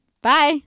Bye